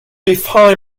defy